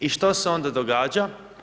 I što se onda događa?